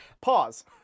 Pause